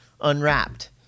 Unwrapped